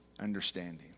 understanding